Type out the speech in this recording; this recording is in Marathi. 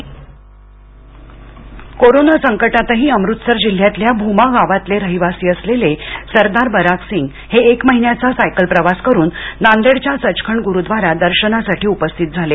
सायकल प्रवासी कोरोना संकटातही अमृतसर जिल्ह्यातल्या भूमा गावातले रहिवासी असलेले सरदार बरागसिंग हे एक महिन्याचा सायकल प्रवास करून नांदेडच्या सचखंड गुरुद्वारात दर्शनासाठी उपस्थित झाले